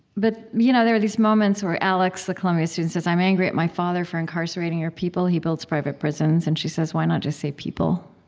but you know there are these moments where alex, the columbia student, says, i'm angry at my father for incarcerating your people. he builds private prisons. and she says, why not just say people?